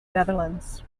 netherlands